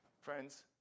Friends